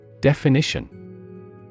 Definition